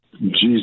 Jesus